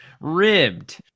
Ribbed